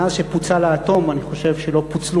מאז שפוצל האטום אני חושב שלא פוצלו